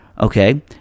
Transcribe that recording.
okay